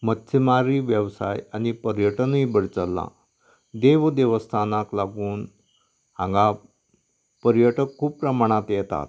मत्समारी वेवसाय आनी पर्यटनय बरें चल्लां देव देवस्थानांक लागून हांगा पर्यटक खूब प्रमाणांत येतात